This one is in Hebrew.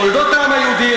את תולדות העם היהודי,